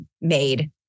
made